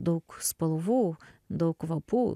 daug spalvų daug kvapų